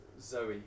zoe